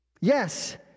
Yes